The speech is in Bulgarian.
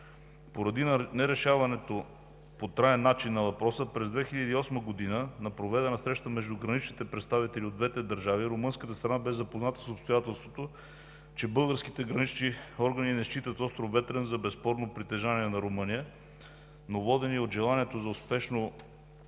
Поради нерешаването по траен начин на въпроса през 2008 г. на проведена среща между граничните представители от двете държави румънската страна бе запозната с обстоятелството, че българските гранични органи не считат остров Ветрен за безспорно притежание на Румъния, но водени от желанието за успешно